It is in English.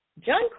John